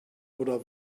oder